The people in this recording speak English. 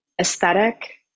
aesthetic